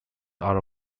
are